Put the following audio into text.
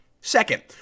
Second